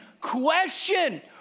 question